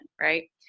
right